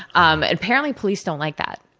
um apparently police don't like that.